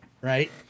Right